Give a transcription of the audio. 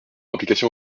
application